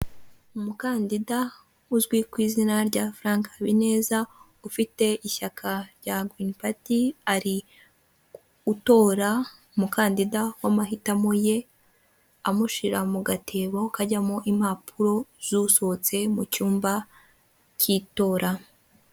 Umukandida uzwi ku izina rya Furanka Habineza ufite ishyaka rya girini pati ari utora umukandida w'amahitamo ye amushyira mu gatebo kajyamo impapuro z'usohotse mu cyumba cy'itora.